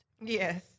Yes